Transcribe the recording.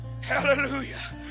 Hallelujah